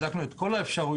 בדקנו את כל האפשרויות,